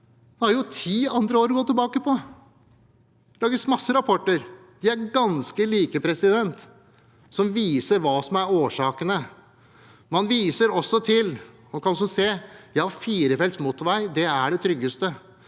vi har jo ti andre år å gå tilbake til. Det lages masse rapporter. De er ganske like, og de viser hva som er årsakene. Man viser også til, og kan også se, at firefelts motorvei er det tryggeste.